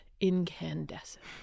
incandescent